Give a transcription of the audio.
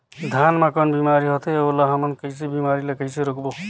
धान मा कौन बीमारी होथे अउ ओला हमन कइसे बीमारी ला कइसे रोकबो?